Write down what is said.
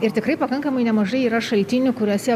ir tikrai pakankamai nemažai yra šaltinių kuriuose